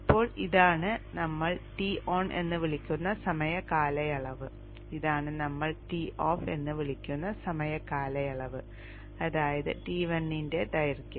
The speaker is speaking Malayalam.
ഇപ്പോൾ ഇതാണ് നമ്മൾ Ton എന്ന് വിളിക്കുന്ന സമയ കാലയളവ് ഇതാണ് നമ്മൾ Toff എന്ന് വിളിക്കുന്ന സമയ കാലയളവ് അതായത് T1 ന്റെ ദൈർഘ്യം